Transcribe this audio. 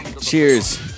Cheers